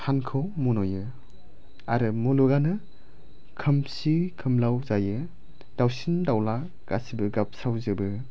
सानखौ मन'यो आरो मुलुगानो खोमसि खोमलाव जायो दाउसिन दाउला गासिबो गाबस्रावजोबो